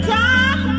time